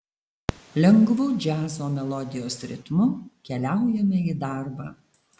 lengvu džiazo melodijos ritmu keliaujame į darbą